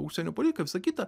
užsienio politika visa kita